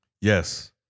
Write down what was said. Yes